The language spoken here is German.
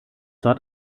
dort